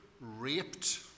raped